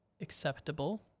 acceptable